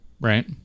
right